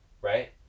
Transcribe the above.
Right